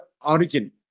origin